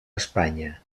espanya